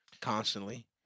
constantly